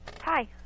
Hi